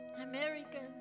Americans